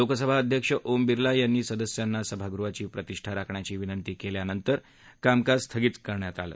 लोकसभा अध्यक्ष ओम बिर्ला यांनी सदस्यांना सभागृहाची प्रतिष्ठा राखण्याची विनंती केल्यानंतर कामकाज स्थगित करण्यात आलं